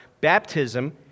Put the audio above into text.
Baptism